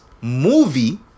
movie